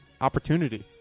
opportunity